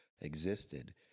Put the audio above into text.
existed